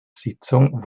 sitzung